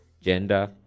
gender